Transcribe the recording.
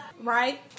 right